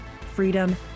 freedom